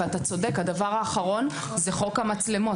ואתה צודק, הדבר האחרון, זה חוק המצלמות.